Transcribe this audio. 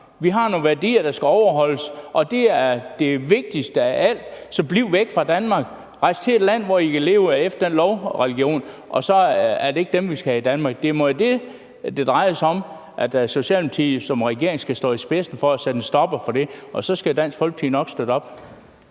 Vi har nogle værdier, der skal overholdes, og det er det vigtigste af alt. Så bliv væk fra Danmark, rejs til et land, hvor I kan leve efter den lovreligion, det er ikke jer, vi skal have til Danmark. Det må være det, det drejer sig om, og som Socialdemokratiet som regeringsparti skal stå i spidsen for at sætte en stopper for. Og så skal Dansk Folkeparti nok støtte op.